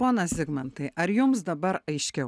ponas zigmantai ar jums dabar aiškiau